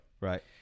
Right